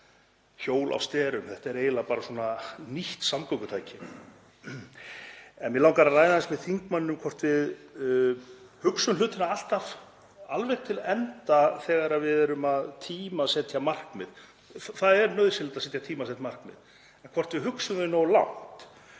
hjól á sterum, þetta er eiginlega bara nýtt samgöngutæki. Mig langar að ræða aðeins við þingmanninn um hvort við hugsum hlutina alltaf alveg til enda þegar við erum að tímasetja markmið, það er nauðsynlegt að setja tímasett markmið en hvort við hugsum þau nógu langt.